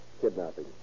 kidnapping